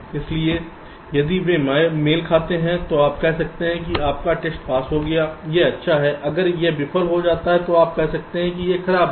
इसलिए यदि वे मेल खाते हैं तो आप कहते हैं कि आपका टेस्ट पास हो गया है यह अच्छा है अगर यह विफल हो जाता है तो आप कहते हैं कि यह खराब है